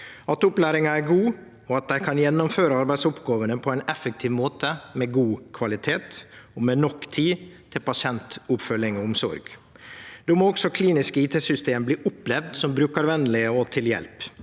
at opplæringa er god, og at dei kan gjennomføre arbeidsoppgåvene på ein effektiv måte med god kvalitet og med nok tid til pasientoppfølging og omsorg. Då må også kliniske IT-system opplevast som brukarvenlege og til hjelp.